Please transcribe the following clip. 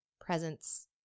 Presence